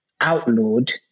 outlawed